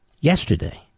yesterday